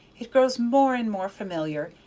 it grows more and more familiar,